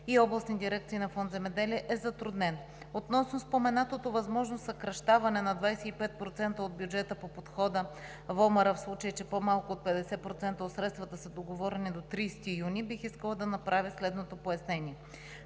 и областните дирекции на Фонд „Земеделие“ е затруднен. Относно споменатото възможно съкращаване на 25% от бюджета по Подхода „Водено от общностите местно развитие“, в случай че по-малко от 50% от средствата са договорени до 30 юни, бих искала да направя следното пояснение.